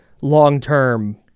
long-term